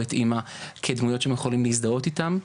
את אמא כדמויות שהם יכולים להזדהות איתם.